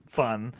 fun